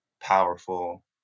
powerful